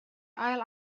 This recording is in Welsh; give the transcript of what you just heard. ail